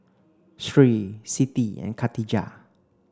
Sri Siti and Khatijah